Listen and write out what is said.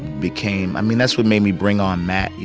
became i mean, that's what made me bring on matt. you